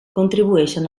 contribueixen